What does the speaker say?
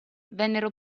vennero